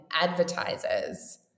advertisers